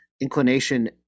inclination